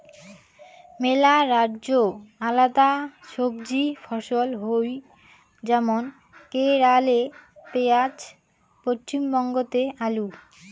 মেলা রাজ্যে আলাদা সবজি ফছল হই যেমন কেরালে পেঁয়াজ, পশ্চিমবঙ্গতে আলু